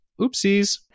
Oopsies